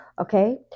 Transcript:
Okay